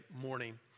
morning